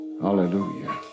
Hallelujah